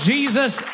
Jesus